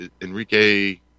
Enrique